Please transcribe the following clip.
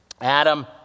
Adam